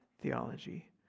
theology